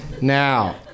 Now